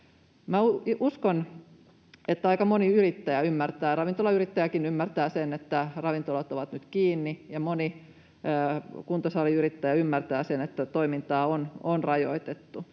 uskon, että aika moni ravintolayrittäjäkin ymmärtää sen, että ravintolat ovat nyt kiinni, ja moni kuntosaliyrittäjä ymmärtää sen, että toimintaa on rajoitettu,